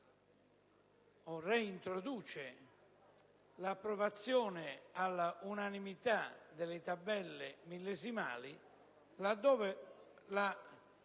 reintroduce, l'approvazione all'unanimità delle tabelle millesimali, laddove la